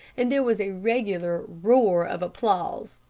and there was a regular roar of applause.